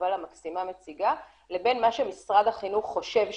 יובל המקסימה מציגה לבין מה שמשרד החינוך חושב שקיים.